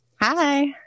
Hi